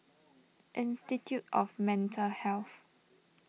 Institute of Mental Health